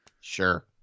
Sure